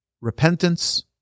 repentance